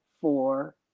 four